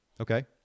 Okay